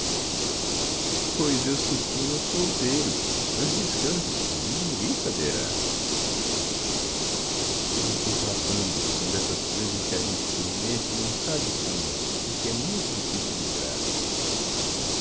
pois eu supunha o solteiro mas descanse por mim ninguém saberá aquilo é um contrabando são destas coisas em que a gente se mete não sabe como e de que é muito difícil livrar-se